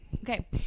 Okay